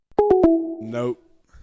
Nope